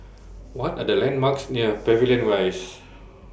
What Are The landmarks near Pavilion Rise